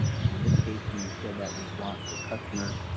now, in this case we said that we want the customer,